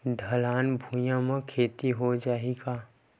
ढलान भुइयां म खेती हो जाही का?